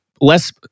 less